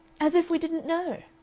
as if we didn't know!